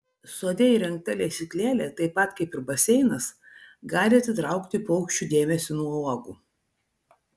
sode įrengta lesyklėlė taip pat kaip ir baseinas gali atitraukti paukščių dėmesį nuo uogų